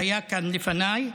שהיה כאן לפניי,